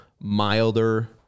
milder